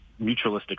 mutualistic